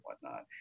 whatnot